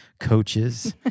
coaches